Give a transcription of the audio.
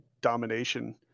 Domination